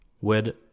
Wed